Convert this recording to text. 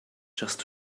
just